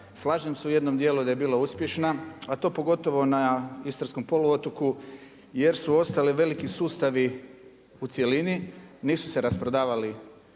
slažem se u jednom dijelu da je bila uspješna, a to pogotovo na istarskom poluotoku, jer su ostali veliki sustavi u cjelini, nisu se rasprodavali,